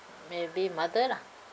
maybe mother lah